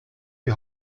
die